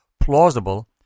plausible